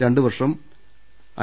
രണ്ടുവർഷം ഐ